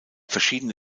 verschiedene